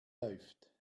läuft